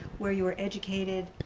where you were educated